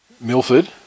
Milford